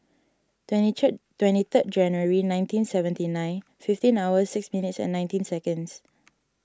twenty three twenty third January nineteen seventy nine fifteen hours six minutes and nineteen seconds